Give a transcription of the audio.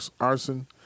arson